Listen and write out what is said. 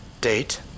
Date